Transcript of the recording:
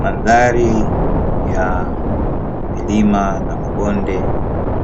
Mandhari ya milima na mabonde